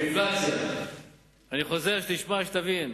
האינפלציה, אני חוזר, תשמע ותבין.